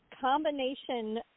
combination